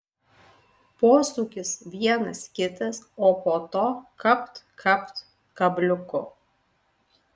posūkis vienas kitas o po to kapt kapt kabliuku